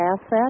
asset